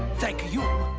thank you?